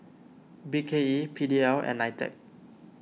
B K E P D L and Nitec